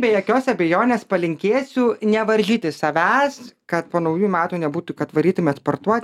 be jokios abejonės palinkėsiu nevaržyti savęs kad po naujų metų nebūtų kad varytumėt sportuot